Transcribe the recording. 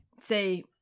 say